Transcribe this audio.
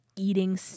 Eating